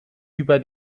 über